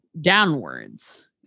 downwards